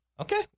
Okay